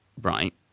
right